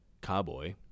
cowboy